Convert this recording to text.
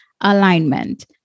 alignment